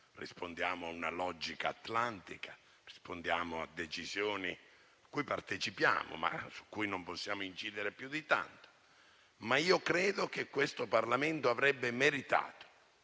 rispondiamo a una logica atlantica e a decisioni cui partecipiamo, ma su cui non possiamo incidere più di tanto. Credo però che questo Parlamento avrebbe meritato